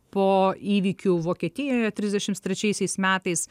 po įvykių vokietijoje trisdešimt trečiaisiais metais